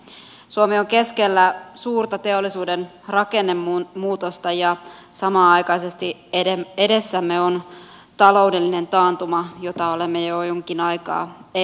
suomi on keskellä suurta teollisuuden rakennemuutosta ja samanaikaisesti edessämme on taloudellinen taantuma jota olemme jo jonkin aikaa eläneet